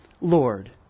Lord